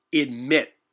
admit